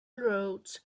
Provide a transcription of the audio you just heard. roads